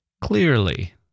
Clearly